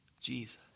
Jesus